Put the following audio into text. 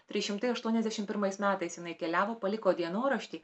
trys šimtai aštuoniasdešimt pirmais metais jinai keliavo paliko dienoraštį